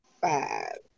five